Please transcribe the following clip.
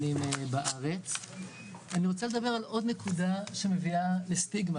אני מסביר לה שמעורבים ילדים בסיפור,